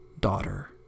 daughter